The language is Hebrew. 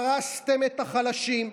הרסתם את החלשים,